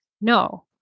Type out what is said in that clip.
no